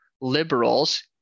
liberals